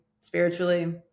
spiritually